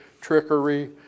trickery